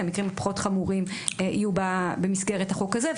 המקרים הפחות חמורים יהיו במסגרת החוק הזה.